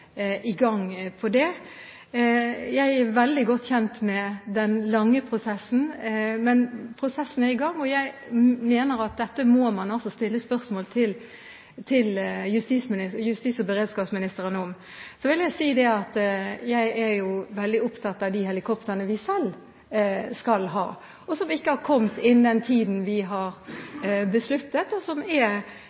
i gang. Jeg er veldig godt kjent med den lange prosessen, men prosessen er i gang, og jeg mener at dette spørsmålet må man stille til justis- og beredskapsministeren. Jeg er veldig opptatt av de helikoptrene vi selv skal ha, som ikke har kommet innen den tiden vi har besluttet. Det ansvaret og den bekymringen jeg eventuelt har i forbindelse med helikoptre når det gjelder mitt ansvarsområde, er